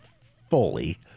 fully